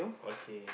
okay